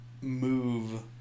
move